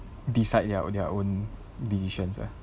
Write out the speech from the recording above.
decide ya on their own decisions ah